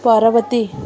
ପରବର୍ତ୍ତୀ